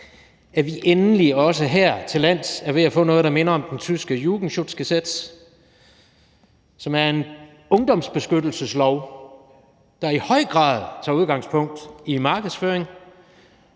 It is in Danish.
at vi endelig også her til lands er ved at få noget, der minder om den tyske Jugendschutzgesetz, som er en ungdomsbeskyttelseslov, der i høj grad tager udgangspunkt i markedsføring,